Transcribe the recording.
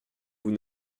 vous